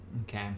Okay